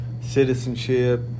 citizenship